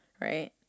right